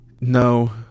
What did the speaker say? No